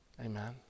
Amen